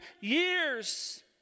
years